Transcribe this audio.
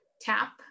tap